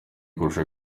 kurusha